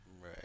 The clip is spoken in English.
Right